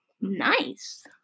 Nice